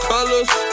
Colors